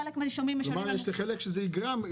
חלק מהנישומים משלמים לנו --- כלומר יש חלק שזה יגרע מהם.